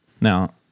Now